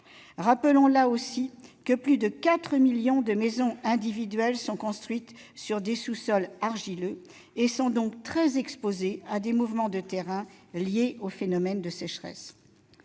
Rappelons, là aussi, que plus de 4 millions de maisons individuelles sont construites sur des sous-sols argileux et sont donc très exposées à des mouvements de terrain liés aux phénomènes de sécheresse.